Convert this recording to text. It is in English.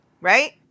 right